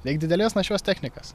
reik didelės našios technikos